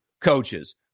coaches